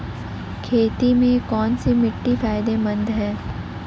खेती में कौनसी मिट्टी फायदेमंद है?